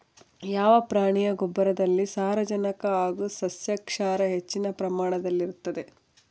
ಯಾವ ಪ್ರಾಣಿಯ ಗೊಬ್ಬರದಲ್ಲಿ ಸಾರಜನಕ ಹಾಗೂ ಸಸ್ಯಕ್ಷಾರ ಹೆಚ್ಚಿನ ಪ್ರಮಾಣದಲ್ಲಿರುತ್ತದೆ?